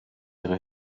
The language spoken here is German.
ihre